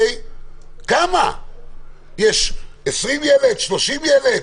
שם יש 30 40 ילדים.